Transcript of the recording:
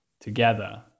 together